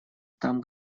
там